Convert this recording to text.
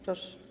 Proszę.